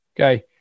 Okay